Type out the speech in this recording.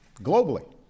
globally